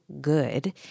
good